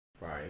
Right